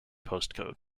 postcode